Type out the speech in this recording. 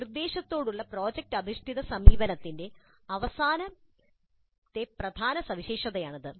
നിർദ്ദേശങ്ങളോടുള്ള project അധിഷ്ഠിത സമീപനത്തിന്റെ അവസാനത്തെ പ്രധാന സവിശേഷതയാണിത്